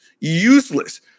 useless